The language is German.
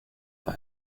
war